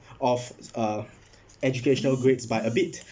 of uh educational grades by a bit